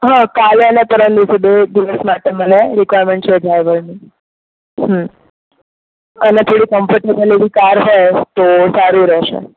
હં કાલે અને પરમ દિવસે બે દિવસ માટે મને રિકવાયરમેન્ટ છે ડ્રાઇવરની અને થોડી કમ્ફર્ટેબલ એવી કાર હોય તો સારું રહેશે